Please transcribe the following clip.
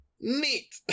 neat